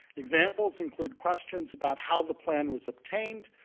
examples include questions about how the plan was obtained,